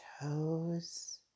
toes